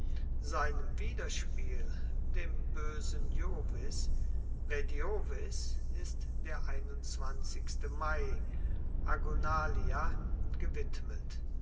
seinem widerspiel dem boesen jovis vediovis ist der mai agonalia gewidmet